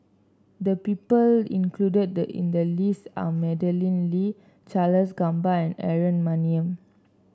the people included in the list are Madeleine Lee Charles Gamba and Aaron Maniam